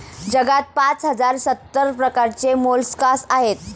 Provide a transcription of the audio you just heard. जगात पाच हजार सत्तर प्रकारचे मोलस्कास आहेत